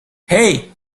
hey